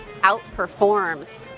outperforms